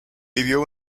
vivió